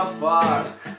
fuck